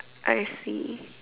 I see